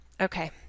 Okay